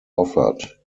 offered